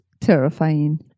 terrifying